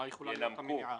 מה יכולה להיות המניעה?